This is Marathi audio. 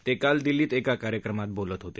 ते काल दिल्लीत एका कार्यक्रमात बोलत होते